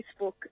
Facebook